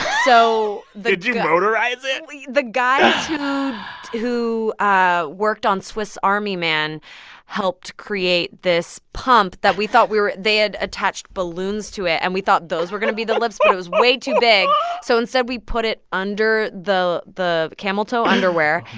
so the. did you motorize it? the guys who ah worked on swiss army man helped create this pump that we thought we were they had attached balloons to it. and we thought those were going to be the lips, but it was way too big so instead we put it under the the cameltoe underwear,